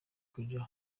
kuja